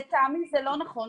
לטעמי זה לא נכון.